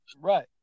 Right